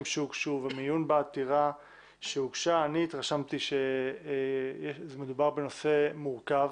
שהוגשו ומעיון בעתירה שהוגשה אני התרשמתי שמדובר בנושא מורכב